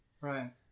Right